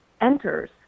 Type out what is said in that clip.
enters